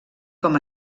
com